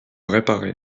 réparé